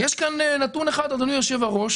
יש כאן נתון אחד, אדוני יושב-הראש,